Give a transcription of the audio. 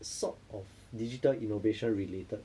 sort of digital innovation related